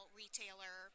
retailer